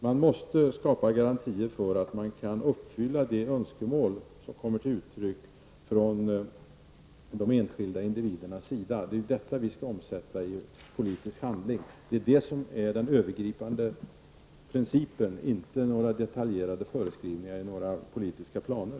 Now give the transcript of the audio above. Man måste skapa garantier för att man kan uppfylla de önskemål som kommer till uttryck från de enskilda individerna. Det är detta vi skall omsätta i politisk handling. Det är den övergripande principen, inte några detaljerade föreskrifter i några politiska planer.